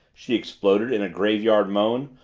she exploded in a graveyard moan,